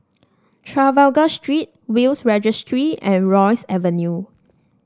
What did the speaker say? Trafalgar Street Will's Registry and Rosyth Avenue